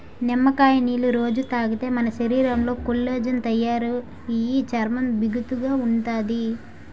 నిమ్మకాయ నీళ్ళు రొజూ తాగితే మన శరీరంలో కొల్లాజెన్ తయారయి చర్మం బిగుతుగా ఉంతాది